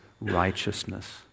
righteousness